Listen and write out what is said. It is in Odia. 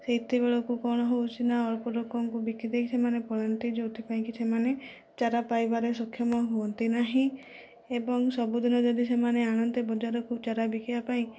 ସେତେବେଳକୁ କ'ଣ ହେଉଛି ନା ଅଳ୍ପ ଲୋକଙ୍କୁ ବିକି ଦେଇକି ସେମାନେ ପଳାନ୍ତି ଯେଉଁଥିପାଇଁ କି ସେମାନେ ଚାରା ପାଇବାରେ ସକ୍ଷମ ହୁଅନ୍ତି ନାହିଁ ଏବଂ ସବୁଦିନ ଯଦି ସେମାନେ ଆଣନ୍ତେ ବଜାରକୁ ଚାରା ବିକିବା ପାଇଁ